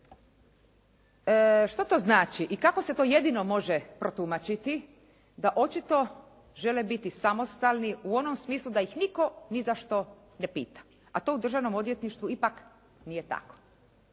Što to znači i kako se to jedino može protumačiti da očito žele biti samostalni u onom smislu da ih nitko ni za što ne pita, a to u državnom odvjetništvu ipak nije tako.